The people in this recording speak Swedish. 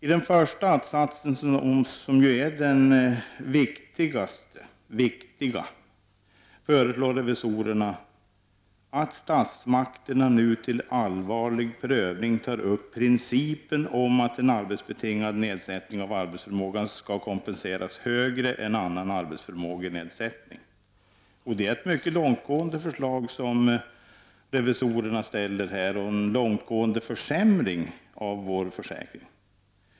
I den första att-satsen, som är den viktiga, föreslår revisorerna att statsmakterna till allvarlig prövning tar upp principen om att en arbetsbetingad nedsättning av arbetsförmågan skall kompenseras högre än annan arbetsförmågenedsättning. Det är ett mycket långtgående förslag som revisorerna lägger fram här. Det är en långtgående försämring av vår försäkring.